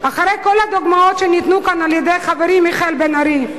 אחרי כל הדוגמאות שניתנו כאן על-ידי חברי מיכאל בן-ארי,